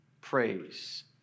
praise